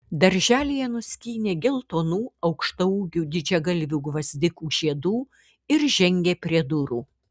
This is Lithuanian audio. darželyje nuskynė geltonų aukštaūgių didžiagalvių gvazdikų žiedų ir žengė prie durų